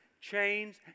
chains